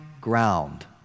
ground